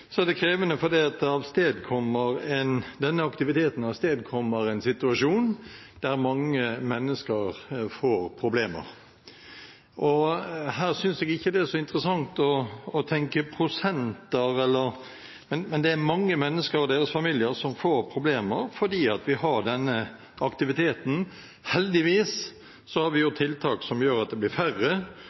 er det krevende fordi denne aktiviteten avstedkommer en situasjon der mange mennesker får problemer. Her synes jeg ikke det er så interessant å tenke prosenter, men det er mange mennesker og deres familier som får problemer fordi vi har denne aktiviteten. Heldigvis har vi gjort grep som gjør at det blir færre,